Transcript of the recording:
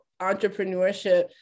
entrepreneurship